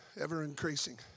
ever-increasing